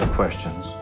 questions